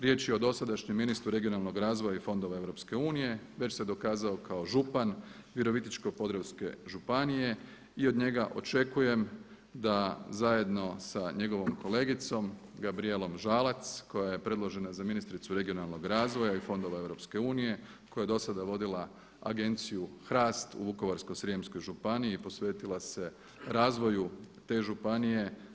Riječ je o dosadašnjem ministru regionalnog razvoja i fondova EU, već se dokazao kao župan Virovitičko-podravske županije i od njega očekujem da zajedno sa njegovom kolegicom Gabrijelom Žalac koja je predložena za ministricu regionalnog razvoja i fondova EU, koja je do sada vodila Agenciju HRAST u Vukovarsko-srijemskoj županiji posvetila se razvoju te županije.